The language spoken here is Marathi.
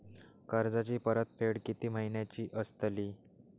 कर्जाची परतफेड कीती महिन्याची असतली?